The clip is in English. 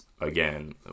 again